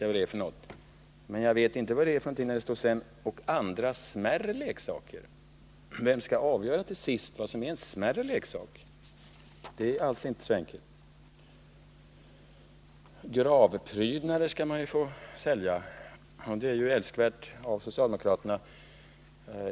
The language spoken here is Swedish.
Jag vet vad en ballong är för någonting, men jag vet inte vad ”andra smärre leksaker” är. Vem skall till sist avgöra vad som är en ”smärre” leksak? Det är inte alls så enkelt. Även gravprydnader skall man få sälja, och det är ju älskvärt av socialdemokraterna.